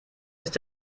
ist